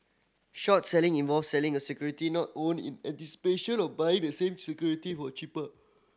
short selling involves selling a security not owned in anticipation of buying the same security for cheaper